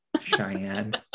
Cheyenne